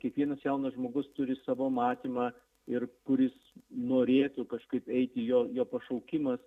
kiekvienas jaunas žmogus turi savo matymą ir kur jis norėtų kažkaip eiti jo jo pašaukimas